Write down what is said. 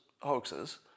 hoaxes